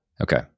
Okay